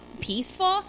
peaceful